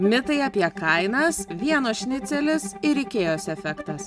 mitai apie kainas vienos šnicelis ir ikėjos efektas